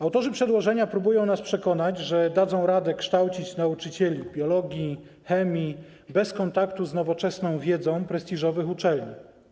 Autorzy przedłożenia próbują nas przekonać, że dadzą radę kształcić nauczycieli biologii, chemii bez kontaktu z nowoczesną wiedzą prestiżowych uczelni.